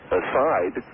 aside